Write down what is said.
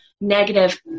negative